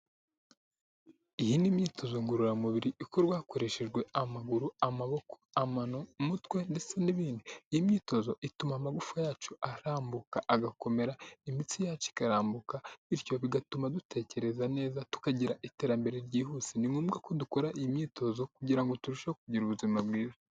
Iyi ni imyitozo ngororamubiri ikorwa hakoreshejwe amaguru, amaboko, amano, umutwe ndetse n'ibindi, iyi myitozo ituma amagufa yacu arambuka agakomera, imitsi yacu ikarambuka bityo bigatuma dutekereza neza tukagira iterambere ryihuse, ni ngombwa ko dukora iyi myitozo kugira ngo turusheho kugira ubuzima bwiza.